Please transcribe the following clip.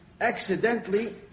accidentally